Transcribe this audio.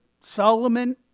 Solomon